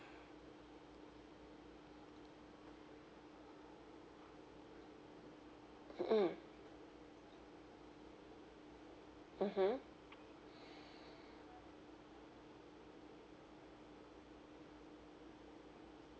mm mmhmm